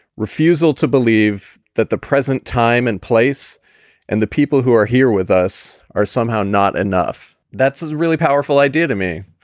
refusal to believe that the present time and place and the people who are here with us are somehow not enough. that's a really powerful idea to me.